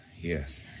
Yes